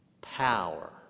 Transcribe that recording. power